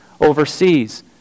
overseas